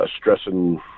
stressing